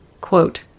Quote